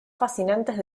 fascinantes